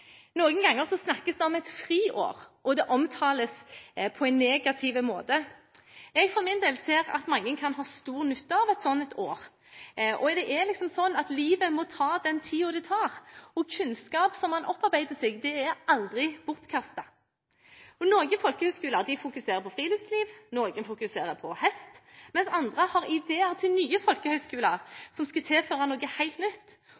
Noen ganger snakkes det om et friår, og det omtales på en negativ måte. Jeg for min del ser at mange kan ha stor nytte av et sånt år. Det er liksom sånn at livet må ta den tiden det tar, og kunnskap man opparbeider seg, er aldri bortkastet. Noen folkehøyskoler fokuserer på friluftsliv, noen fokuserer på hest, mens andre har ideer til nye folkehøyskoler som skal tilføre noe helt nytt.